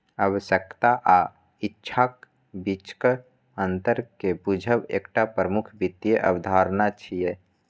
आवश्यकता आ इच्छाक बीचक अंतर कें बूझब एकटा प्रमुख वित्तीय अवधारणा छियै